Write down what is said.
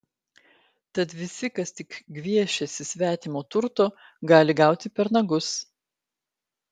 tad visi kas tik gviešiasi svetimo turto gali gauti per nagus